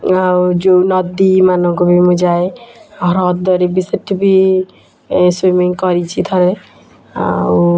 ଆଉ ଯେଉଁ ନଦୀମାନଙ୍କୁ ବି ମୁଁ ଯାଏ ହ୍ରଦରେ ବି ସେଠି ବି ଏ ସୁଇମିଙ୍ଗ୍ କରିଛି ଥରେ ଆଉ